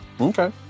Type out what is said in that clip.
Okay